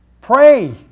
Pray